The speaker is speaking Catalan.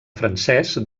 francès